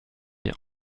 bien